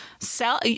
Sell